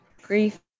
Grief